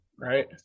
right